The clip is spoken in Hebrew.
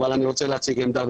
אבל אני רוצה להציג עמדה.